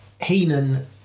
Heenan